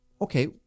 okay